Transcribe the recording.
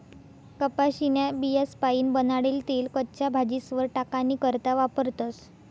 कपाशीन्या बियास्पाईन बनाडेल तेल कच्च्या भाजीस्वर टाकानी करता वापरतस